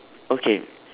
okay